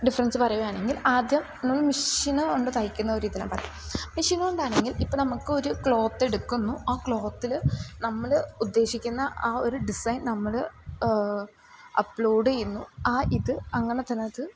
difference പറയുകയാണെങ്കിൽ ആദ്യം എന്ന് മഷീൻ കൊണ്ട് തയ്ക്കുന്ന ഒരിതു ഞാൻ പറയാം മഷീൻ കൊണ്ടാണെങ്കിൽ ഇപ്പം നമുക്കൊരു ക്ലോത്ത് എടുക്കുന്നു ആ ക്ലോത്തിൽ നമ്മൾ ഉദ്ദേശിക്കുന്ന ആ ഒരു ഡിസൈൻ നമ്മൾ അപ്ലോഡ് ചെയ്യുന്നു ആ ഇത് അങ്ങനെ തന്നെയത്